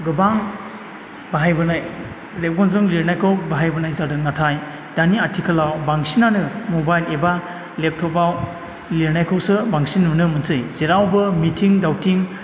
गोबां बाहायबोनाय रेबगनजों लिरनायखौ बाहायबोनाय जादों नाथाय दानि आथिखालाव बांसिनानो मबाइल एबा लेबटबआव लिरनायखौसो बांसिन नुनो मोनसेै जेरावबो मिथिं दावथिं